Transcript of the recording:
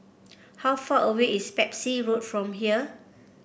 how far away is Pepys Road from here